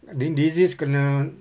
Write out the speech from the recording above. di~ disease kena